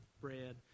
bread